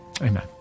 amen